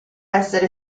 essere